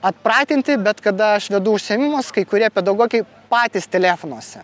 atpratinti bet kada aš vedu užsiėmimus kai kurie pedagogai patys telefonuose